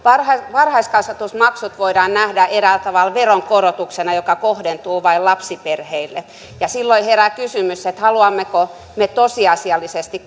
varhaiskasvatusmaksut voidaan nähdä eräällä tavalla veronkorotuksena joka kohdentuu vain lapsiperheille ja silloin herää kysymys haluammeko me tosiasiallisesti